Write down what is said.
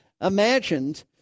imagined